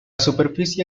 superficie